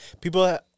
people